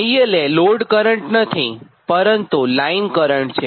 IL એ load current નથી પરંતુ લાઇન કરંટ છે